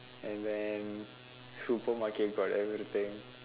and then supermarket got everything